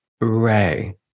Ray